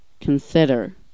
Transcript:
Consider